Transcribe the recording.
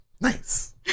Nice